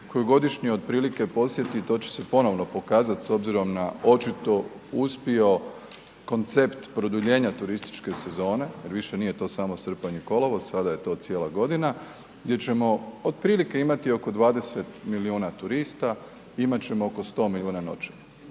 koju godišnje otprilike podsjeti, to će se ponovno pokazati, s obzirom na očito uspio koncept produljenja turističke sezone, jer više nije to samo srpanj i kolovoz, sada je to cijela godina, gdje ćemo otprilike imati oko 20 milijuna turista, imati ćemo oko 100 milijuna noćenja.